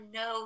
no